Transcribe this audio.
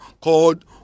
called